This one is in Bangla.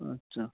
আচ্ছা